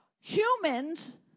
humans